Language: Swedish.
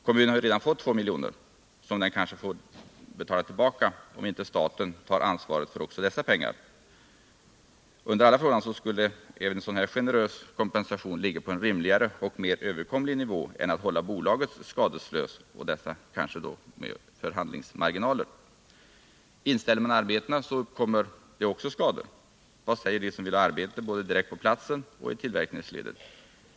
Kommunen har redan fått 2 milj.kr., som den kanske får betala tillbaka om inte staten tar ansvaret också för dessa pengar. Under alla förhållanden skulle även en sådan generös kompensation ligga på en rimligare och mer överkomlig nivå än om man skall hålla bolaget skadeslöst, och detta kanske med förhandlingsmarginaler. Inställer man arbetena uppkommer det också skador. Vad säger de som vill ha arbete, både direkt på platsen och i tillverkningsledet?